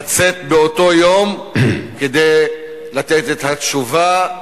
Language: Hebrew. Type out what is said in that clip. לצאת באותו יום כדי לתת את התשובה,